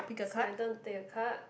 it's my turn to take a card